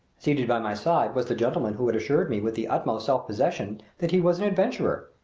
seated by my side was the gentleman who had assured me with the utmost self-possession that he was an adventurer.